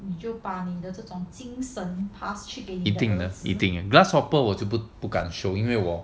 一定一定 grasshopper 我就不不敢 show 因为我